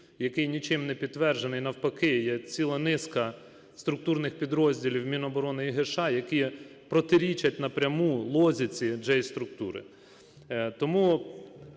який нічим не підтверджений. Навпаки є ціла низка структурних підрозділів в Міноборони і ГШ, які протирічать напряму логіці J-структури.